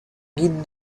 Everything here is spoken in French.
guide